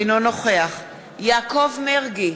אינו נוכח יעקב מרגי,